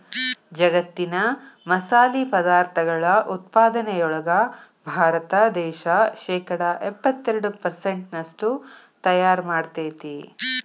ಜಗ್ಗತ್ತಿನ ಮಸಾಲಿ ಪದಾರ್ಥಗಳ ಉತ್ಪಾದನೆಯೊಳಗ ಭಾರತ ದೇಶ ಶೇಕಡಾ ಎಪ್ಪತ್ತೆರಡು ಪೆರ್ಸೆಂಟ್ನಷ್ಟು ತಯಾರ್ ಮಾಡ್ತೆತಿ